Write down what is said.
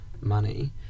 money